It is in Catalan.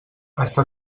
està